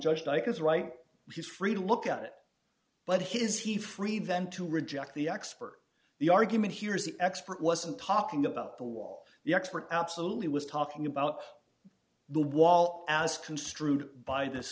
just like is right he's free to look at it but his he free vent to reject the expert the argument here is the expert wasn't talking about the wall the expert absolutely was talking about the wall as construed by this